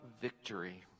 victory